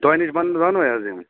تۄہہِ نِش بَنَن دۄنوَے حظ یِم